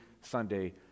Sunday